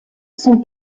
son